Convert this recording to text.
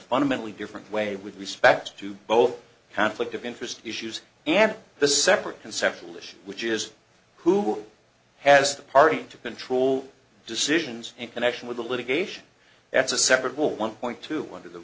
fundamentally different way with respect to both conflict of interest issues and the separate conceptual issue which is who has the party to control decisions in connection with the litigation that's a separate will one point two one t